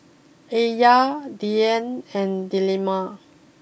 Alya Dian and Delima